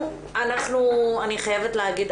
אני חייבת להגיד,